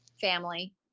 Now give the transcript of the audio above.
family